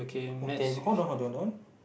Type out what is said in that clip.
okay hold on hold on on